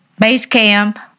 Basecamp